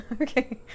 Okay